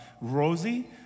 Rosie